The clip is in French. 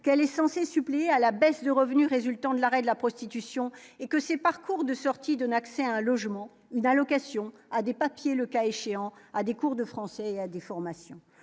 quelle est censée suppléer à la baisse de revenus résultant de l'arrêt de la prostitution et que ces parcours de sortie donne accès à un logement ou d'allocation à des papiers, le cas échéant à des cours de français des formations,